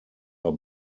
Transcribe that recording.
are